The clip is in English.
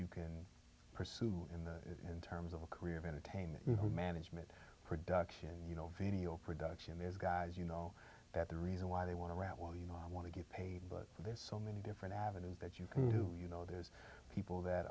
you can pursue in the in terms of a career in entertainment and her management production you know video production there's guys you know that the reason why they want to rap well you want to get paid but there's so many different avenues that you can do you know there's people that